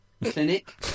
clinic